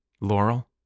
Laurel